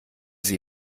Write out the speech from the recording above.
sie